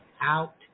out